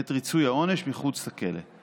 את ריצוי העונש מחוץ לכלא.